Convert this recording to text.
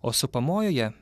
o supamojoje